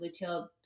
luteal